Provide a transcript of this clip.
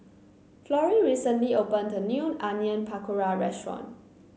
Florrie recently opened a new Onion Pakora restaurant